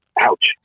ouch